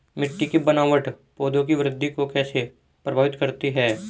मिट्टी की बनावट पौधों की वृद्धि को कैसे प्रभावित करती है?